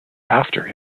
after